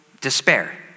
despair